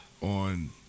on